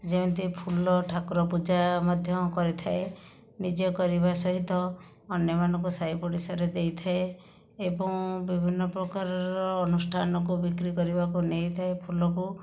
ଯେମିତି ଫୁଲ ଠାକୁର ପୂଜା ମଧ୍ୟ କରିଥାଏ ନିଜେ କରିବା ସହିତ ଅନ୍ୟମାନଙ୍କୁ ସାହି ପଡ଼ିଶାରେ ଦେଇଥାଏ ଏବଂ ବିଭିନ୍ନ ପ୍ରକାରର ଅନୁଷ୍ଠାନକୁ ବିକ୍ରି କରିବାକୁ ନେଇଥାଏ ଫୁଲକୁ